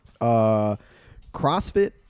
CrossFit